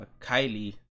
Kylie